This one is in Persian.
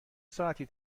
ساعتی